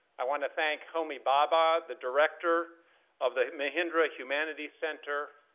i want to thank homi bhabha, the director of the mahindra humanities center,